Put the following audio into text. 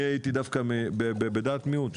אני הייתי דווקא בדעת מיעוט,